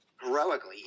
heroically